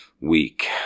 week